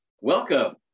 Welcome